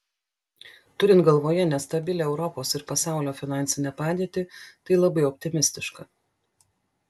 turint galvoje nestabilią europos ir pasaulio finansinę padėtį tai labai optimistiška